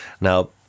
now